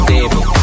Table